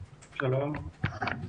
שלום.